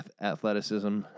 athleticism